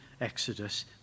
Exodus